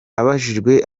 abajijwe